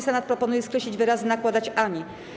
Senat proponuje skreślić wyrazy „nakładać ani”